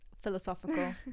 Philosophical